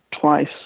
twice